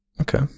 Okay